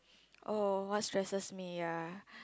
oh what stresses me ya